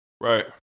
right